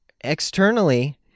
externally